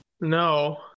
No